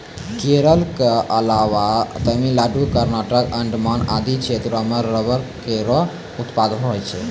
केरल क अलावा तमिलनाडु, कर्नाटक, अंडमान आदि क्षेत्रो म भी रबड़ केरो उत्पादन होय छै